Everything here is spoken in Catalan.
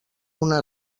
una